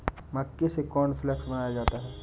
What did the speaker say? मक्के से कॉर्नफ़्लेक्स बनाया जाता है